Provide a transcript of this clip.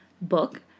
book